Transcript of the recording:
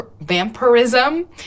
vampirism